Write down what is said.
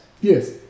yes